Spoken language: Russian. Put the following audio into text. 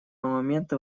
момента